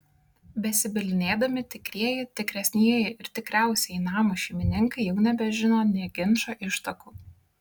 besibylinėdami tikrieji tikresnieji ir tikriausieji namo šeimininkai jau nebežino nė ginčo ištakų